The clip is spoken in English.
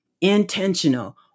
intentional